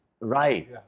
Right